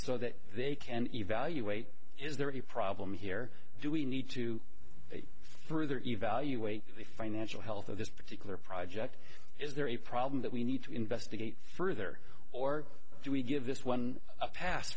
so that they can evaluate is there any problem here do we need to further evaluate the financial health of this particular project is there a problem that we need to investigate further or do we give this one a pass